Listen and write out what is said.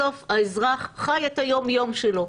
בסוף האזרח חי את היום-יום שלו.